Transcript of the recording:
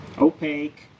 opaque